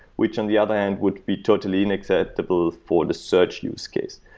which, on the other hand, would be totally unacceptable for the search use case.